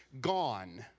gone